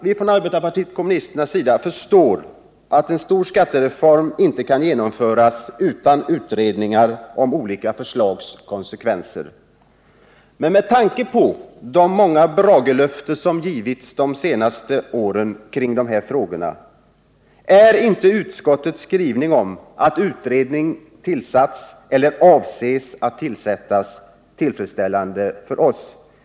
Vi från arbetarpartiet kommunisterna förstår att en stor skattereform inte kan genomföras utan utredning om olika förslags konsekvenser, men med tanke på de många bragelöften som givits under de senaste åren kring dessa frågor är inte utskottets skrivning om att utredningar tillsatts eller avses bli tillsatta tillfredsställande för oss.